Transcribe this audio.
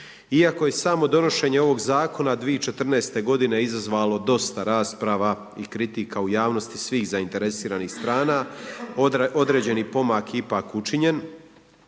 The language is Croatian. Iako je samo donošenje ovoga zakona 2014. godine izazvalo dosta rasprava i kritika u javnosti svih zainteresiranih strana, određeni pomak ipak je učinjen.